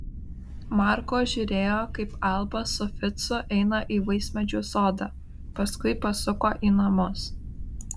margo žiūrėjo kaip alba su ficu eina į vaismedžių sodą paskui pasuko į namus